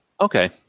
Okay